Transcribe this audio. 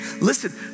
Listen